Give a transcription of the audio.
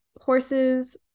horses